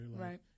Right